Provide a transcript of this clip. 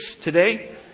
today